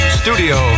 Studio